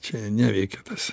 čia neveikia tas